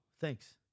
thanks